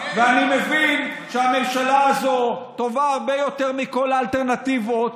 ואני מבין שהממשלה הזו טובה הרבה יותר מכל האלטרנטיבות,